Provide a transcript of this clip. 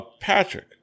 Patrick